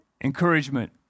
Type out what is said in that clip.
encouragement